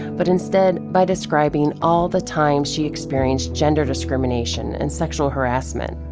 but instead by describing all the times she experienced gender discrimination and sexual harassment.